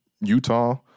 Utah